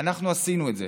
אנחנו עשינו את זה,